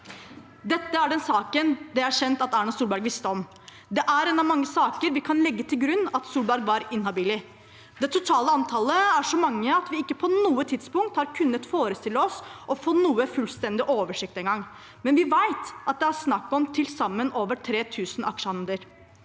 Dette er den saken det er kjent at Erna Solberg visste om. Det er en av mange saker vi kan legge til grunn at Solberg var inhabil i. Det totale antallet er så stort at vi ikke på noe tidspunkt engang har kunnet forestille oss å få noen fullstendig oversikt, men vi vet at det er snakk om til sammen over 3 000 aksjehandler.